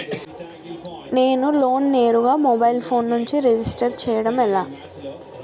నేను లోన్ నేరుగా mobile phone నుంచి రిజిస్టర్ చేయండి ఎలా?